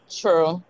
true